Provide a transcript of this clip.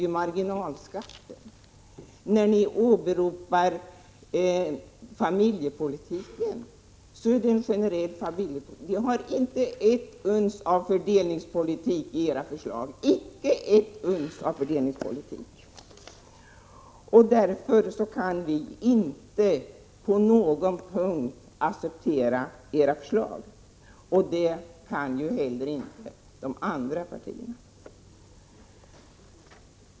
Det handlar alltså om marginalskatten. Ni åberopar också en generell familjepolitik. Men det finns icke ett uns av fördelningspolitik i era förslag. Därför kan vi inte på någon punkt acceptera era förslag — och det kan ju inte heller de andra partierna.